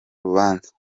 urubanza